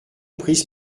prise